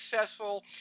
successful